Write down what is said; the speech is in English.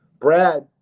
Brad